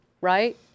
right